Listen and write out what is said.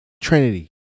Trinity